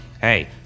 hey